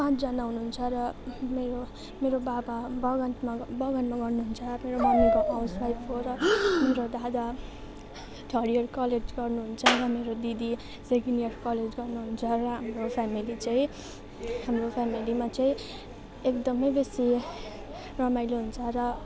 पाँचजना हुनुहुन्छ र मेरो मेरो बाबा बगानमा बगानमा गर्नुहुन्छ मेरो मम्मीको हाउसवाइफ हो र मेरो दादा थर्ड इयर कलेज गर्नुहुन्छ र मेरो दिदी सेकेन्ट इयर कलेज गर्नुहुन्छ र हाम्रो फ्यामिली चाहिँ हाम्रो फ्यामिलीमा चाहिँ एकदमै बेसी रमाइलो हुन्छ र